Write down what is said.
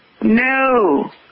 No